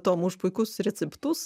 tom už puikus receptus